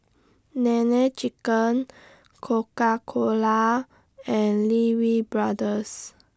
Nene Chicken Coca Cola and Lee Wee Brothers